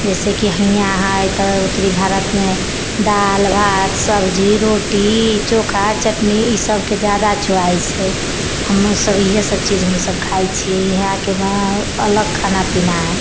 जैसे कि हियाँ है तऽ उत्तरी भारतमे दालि भात सब्जी रोटी चोखा चटनी ई सबके जादा च्वाइस है हमसब ईहे सब चीज हमसब खाइ छियै ईहाँके अलग खान पीना है